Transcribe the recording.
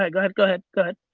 ah go ahead, go ahead, go